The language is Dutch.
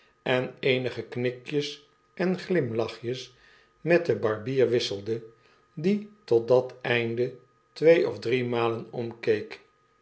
en eenige knikjes en glimlachjes met den barbier wisselde die tot dat einde twee of drie malen omkeek